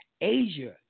Asia